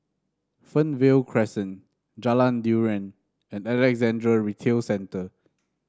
Fernvale Crescent Jalan Durian and Alexandra Retail Centre